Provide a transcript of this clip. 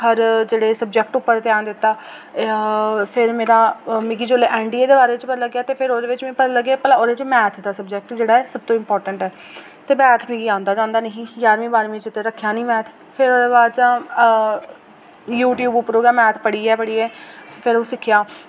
हर जेह्ड़े सब्जेक्ट उप्पर ध्यान दित्ता फिर मेरा मिगी जोल्लै मिगी एन डी ए दे बारे च पता लग्गेआ ते फिर ओह्दे बिच मिगी पता लग्गेआ की ओह्दे बिच मैथ दा सब्जेक्ट जेह्ड़ा ऐ ओह् सब तो इम्पोर्टेन्ट ते मैथ मिगी आंदा जांदा निं ही जारमीं बारमीं च रक्खेआ निं मैथ फिर ओह्दे बाच यूट्यूब उप्परू गै मैथ पढ़ियै पढ़ियै फिर ओह् सिक्खेआ